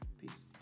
Peace